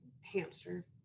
hamster